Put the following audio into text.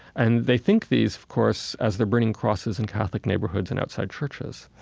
and they think these, of course, as they're burning crosses in catholic neighborhoods and outside churches.